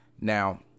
Now